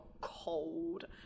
cold